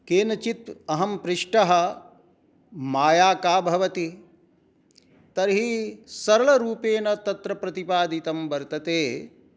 केनचित् अहं पृष्टः माया का भवति तर्हि सरलरूपेण तत्र प्रतिपादितं वर्तते